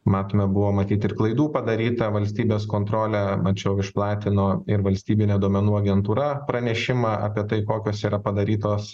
matome buvo matyt ir klaidų padaryta valstybės kontrolė mačiau išplatino ir valstybinė duomenų agentūra pranešimą apie tai kokios yra padarytos